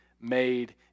made